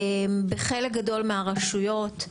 בחלק גדול מהרשויות,